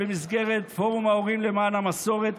במסגרת פורום ההורים למען המסורת,